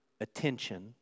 attention